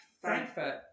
Frankfurt